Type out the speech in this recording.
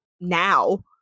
now